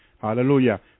hallelujah